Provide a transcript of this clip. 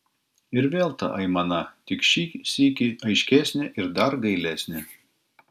ir vėl ta aimana tik šį sykį aiškesnė ir dar gailesnė